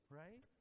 right